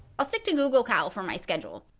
i'll stick to google cal for my schedule.